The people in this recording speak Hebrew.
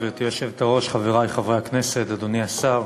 גברתי היושבת-ראש, חברי חברי הכנסת, אדוני השר,